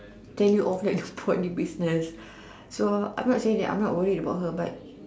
tell you off like don't talk any business so I'm not saying that I'm not worried about her but